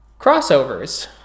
crossovers